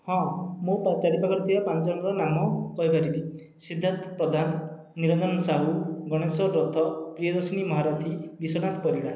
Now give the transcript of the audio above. ହଁ ମୋ ଚାରି ପାଖରେ ଥିବା ପାଞ୍ଚ ଜଣଙ୍କ ନାମ କହିପାରିବି ସିଦ୍ଧାର୍ଥ ପ୍ରଧାନ ନିରଞ୍ଜନ ସାହୁ ଗଣେଶ ଦତ୍ତ ପ୍ରିୟଦର୍ଶିନୀ ମହାରଥୀ ବିଶ୍ଵନାଥ ପରିଡ଼ା